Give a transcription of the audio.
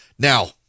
Now